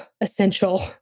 essential